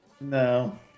no